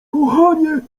kochanie